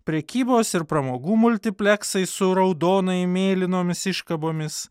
prekybos ir pramogų multipleksai su raudonai mėlynomis iškabomis